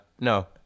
no